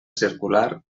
circular